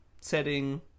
setting